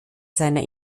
seiner